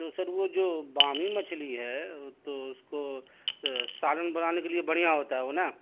تو سر وہ جو بامی مچھلی ہے تو اس کو سالن بنانے کے لیے بڑھیا ہوتا ہے وہ نا